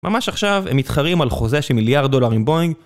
ממש עכשיו הם מתחרים על חוזה של מיליארד דולר עם בויינג.